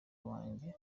wanjye